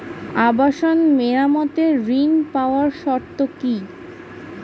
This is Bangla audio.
আবাসন মেরামতের ঋণ পাওয়ার শর্ত কি?